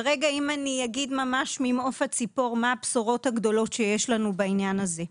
אני אגיד ממש ממעוף הציפור מה הבשורות הגדולות שיש לנו בעניין הזה.